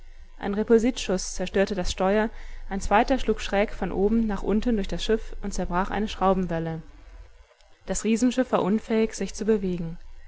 ein repulsitschuß zerstörte das steuer ein zweiter schlug schräg von oben nach unten durch das schiff und zerbrach eine schraubenwelle das riesenschiff war unfähig sich zu bewegen